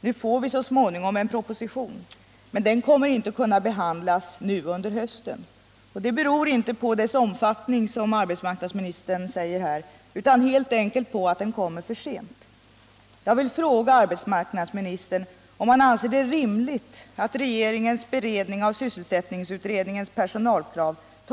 Nu får vi så småningom en proposition, men den kommer inte att kunna behandlas under hösten, och det beror inte på dess omfattning, som arbetsmarknadsministern säger här, utan på att den kommer för sent.